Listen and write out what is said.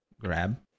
grab